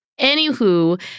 Anywho